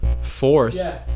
Fourth